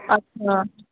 अच्छा